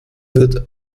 wird